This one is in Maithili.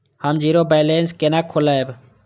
हम जीरो बैलेंस केना खोलैब?